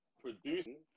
Producing